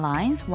Lines